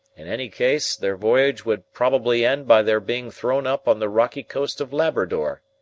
in any case, their voyage would probably end by their being thrown up on the rocky coast of labrador.